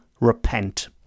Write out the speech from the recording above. repent